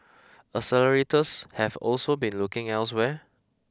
accelerators have also been looking elsewhere